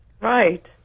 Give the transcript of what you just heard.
Right